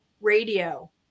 radio